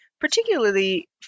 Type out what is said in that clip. particularly